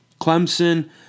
Clemson